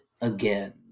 again